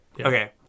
Okay